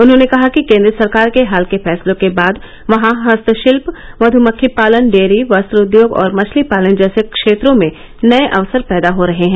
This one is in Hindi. उन्होंने कहा कि केन्द्र सरकार के हाल के फैसलों के बाद वहां हस्तशिल्य मध्मक्खी पालन डेयरी वस्त्र उद्योग और मछली पालन जैसे क्षेत्रों में नये अवसर पैदा हो रहे हैं